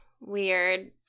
weird